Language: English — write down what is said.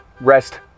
rest